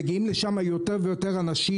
מגיעים לשם יותר ויותר אנשים,